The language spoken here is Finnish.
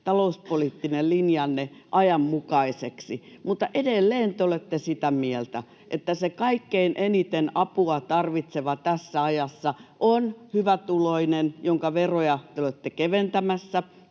talouspoliittinen linjanne ajanmukaiseksi. Mutta edelleen te olette sitä mieltä, että se kaikkein eniten apua tarvitseva tässä ajassa on hyvätuloinen, jonka veroja te olette keventämässä